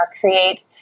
create